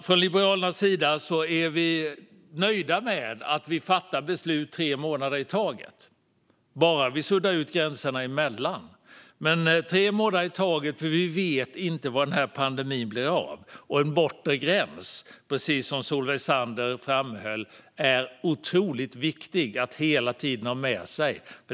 Från Liberalernas sida är vi nöjda med att vi fattar beslut tre månader i taget bara vi suddar ut gränserna emellan. Det är tre månader i taget eftersom vi inte vet vad det blir av den här pandemin. En bortre gräns är, precis som Solveig Zander framhöll, otroligt viktig att hela tiden ha med sig.